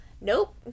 Nope